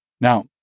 Now